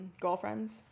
Girlfriends